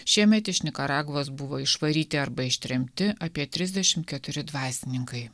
šiemet iš nikaragvos buvo išvaryti arba ištremti apie trisdešim keturi dvasininkai